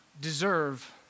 deserve